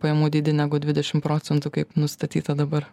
pajamų dydį negu dvidešim procentų kaip nustatyta dabar